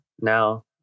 now